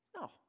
No